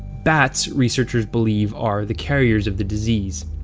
bats, researchers believe, are the carriers of the disease.